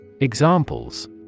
Examples